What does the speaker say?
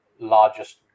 largest